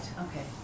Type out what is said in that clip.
okay